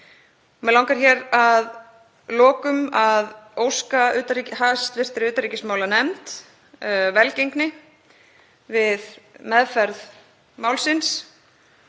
Mig langar hér að lokum að óska hv. utanríkismálanefnd velgengni við meðferð málsins